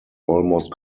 almost